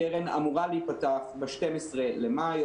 הקרן אמורה להיפתח ב-12 במאי,